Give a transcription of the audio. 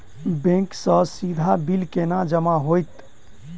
Bank सँ सीधा bill केना जमा होइत?